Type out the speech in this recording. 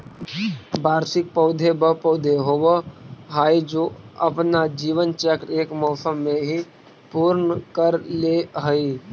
वार्षिक पौधे व पौधे होवअ हाई जो अपना जीवन चक्र एक मौसम में ही पूर्ण कर ले हई